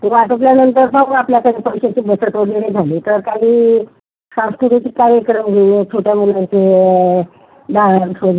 तो आटोपल्यानंतर मग बघू आपल्याकडे पैशाची बचत वगैरे झाली तर काही सांस्कृतिक कार्यक्रम घेऊ छोट्या मुलांचे डान्स वगैरे